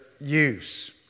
use